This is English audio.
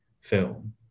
film